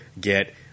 get